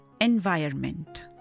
environment